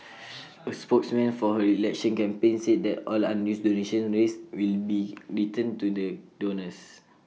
A spokesman for her election campaign said that all unused donations raised will be returned to the donors